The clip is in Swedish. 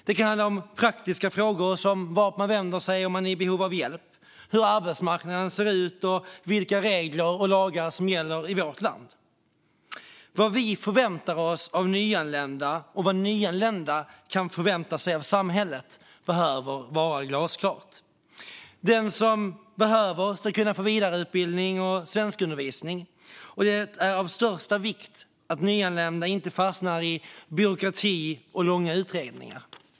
Det kan handla om praktiska frågor, som vart man vänder sig om man är i behov av hjälp, hur arbetsmarknaden ser ut och vilka regler och lagar som gäller i vårt land. Vad vi förväntar oss av nyanlända och vad nyanlända kan förvänta sig av samhället behöver vara glasklart. Den som behöver ska kunna få vidareutbildning och svenskundervisning. Det är av största vikt att nyanlända inte fastnar i byråkrati och långa utredningar.